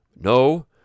No